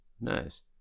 Nice